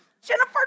Jennifer